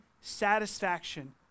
satisfaction